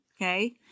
Okay